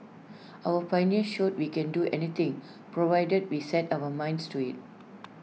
our pioneers showed we can do anything provided we set our minds to IT